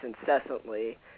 incessantly